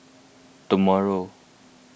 tomorrow